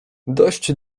dość